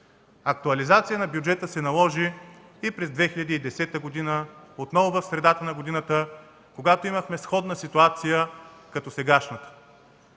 Актуализация на бюджета се наложи и през 2010 г., отново в средата на годината, когато имахме сходна ситуация като сегашната.